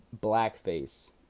blackface